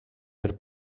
per